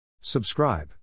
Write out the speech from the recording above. Subscribe